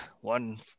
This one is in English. one